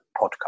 podcast